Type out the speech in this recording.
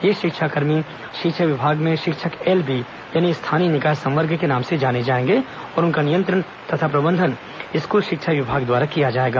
ये शिक्षाकर्मी शिक्षा विभाग में शिक्षक एलबी यानी स्थानीय निकाय संवर्ग के नाम से जाने जाएंगे और उनका नियंत्रण तथा प्रबंधन स्कूल शिक्षा विभाग द्वारा किया जाएगा